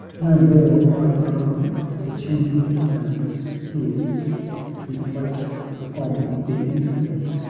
no more high brahm the tuneful planets hears he floateth on the infinite,